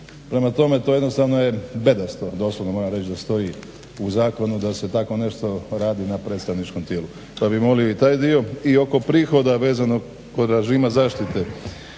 Prema tome to je jednostavno bedasto doslovno moram reći da stoji u zakonu da se tako nešto radi na predstavničkom tijelu. Pa bi molili i taj dio i oko prihoda vezano kod režima zaštite